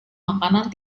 makanan